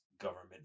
government